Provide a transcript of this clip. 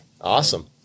Awesome